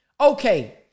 okay